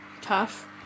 Tough